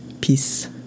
peace